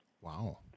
Wow